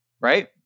right